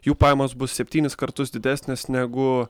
jų pajamos bus septynis kartus didesnės negu